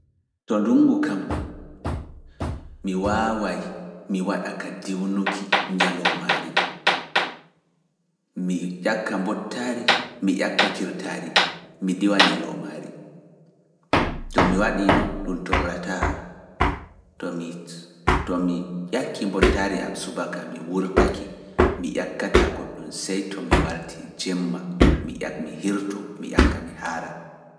To ndungu kam, mi waaway mi waɗa ka diwnuki ñaloomaari, mi ƴakka mbottaari, mi ƴakka kirtaari, mi diwa ñaloomaari. To mi waɗino ɗum torrataa am, to mi ƴakki mbottaari am subaka mi wurtake, mi ƴakkataa goɗɗum sey to mi wartii jemma, mi ƴakmi hirtoo, mi ƴakka mi haara.